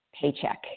paycheck